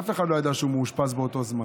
אף אחד לא ידע שהוא מאושפז באותו זמן.